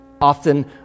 often